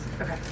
Okay